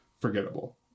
forgettable